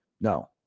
No